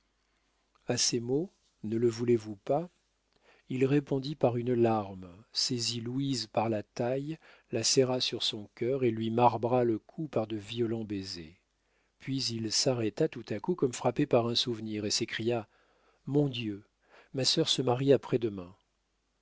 a ces mots ne le voulez-vous pas il répondit par une larme saisit louise par la taille la serra sur son cœur et lui marbra le cou par de violents baisers puis il s'arrêta tout à coup comme frappé par un souvenir et s'écria mon dieu ma sœur se marie après-demain